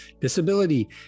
disability